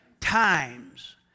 times